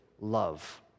love